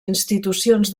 institucions